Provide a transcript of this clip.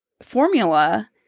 formula